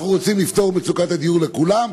אנחנו רוצים לפתור את מצוקת הדיור לכולם,